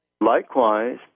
Likewise